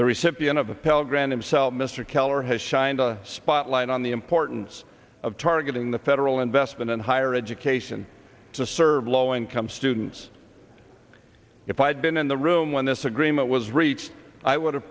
the recipient pell grant himself mr keller has shined a spotlight on the importance of targeting the federal investment in higher education to serve low income students if i had been in the room when this agreement was reached i would have